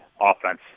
offense